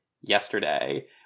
yesterday